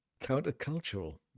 Countercultural